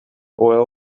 oil